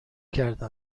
کرده